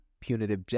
punitive